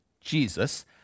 Jesus